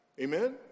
Amen